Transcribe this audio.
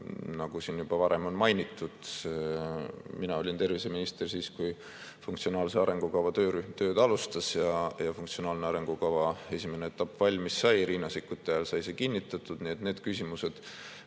nagu siin juba varem on mainitud. Mina olin terviseminister siis, kui funktsionaalse arengukava töörühm tööd alustas ja funktsionaalse arengukava esimene etapp valmis sai, Riina Sikkuti ajal sai see kinnitatud. Nii et need küsimused,